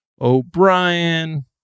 O'Brien